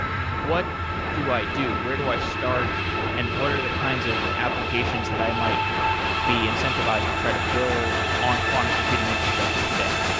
what do i do? where do i start and what are the kinds of applications that i might be incentivized to try to build on quantum computing infrastructure today?